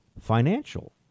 financial